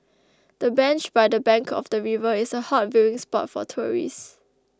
the bench by the bank of the river is a hot viewing spot for tourists